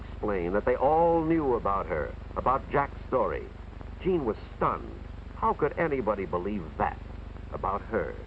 explain that they all knew about her about jack's story jeanne with don how could anybody believe that about her